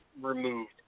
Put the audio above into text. removed